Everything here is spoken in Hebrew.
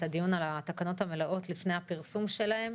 הדיון על התקנות המלאות לפני הפרסום שלהן.